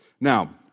Now